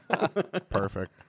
Perfect